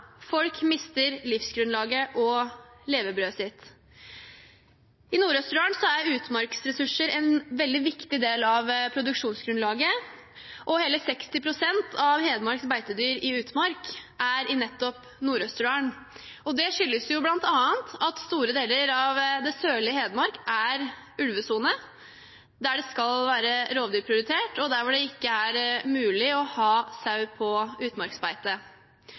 folk mister livsgrunnlaget og levebrødet sitt. I Nord-Østerdal er utmarksressurser en veldig viktig del av produksjonsgrunnlaget, og hele 60 pst. av Hedmarks beitedyr i utmark er nettopp i Nord-Østerdal. Det skyldes bl.a. at store deler av det sørlige Hedmark er ulvesone, der det skal være rovdyrprioritet, og der det ikke er mulig å ha sau på utmarksbeite.